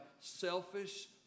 selfish